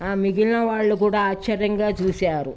ఆ మిగిలిన వాళ్ళు కూడా ఆశ్చర్యంగా చూశారు